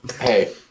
Hey